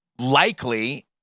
likely